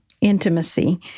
intimacy